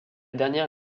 dernière